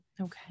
okay